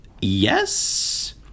Yes